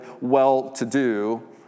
well-to-do